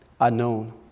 unknown